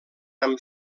amb